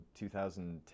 2010